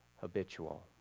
habitual